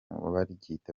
baryita